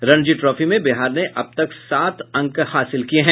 Ranji trophy में बिहार ने अब तक सात अंक हासिल किये हैं